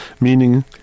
meaning